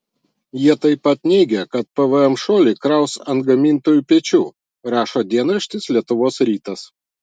jie taip pat neigia kad pvm šuolį kraus ant gamintojų pečių rašo dienraštis lietuvos rytas